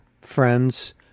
friends